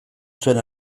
zuen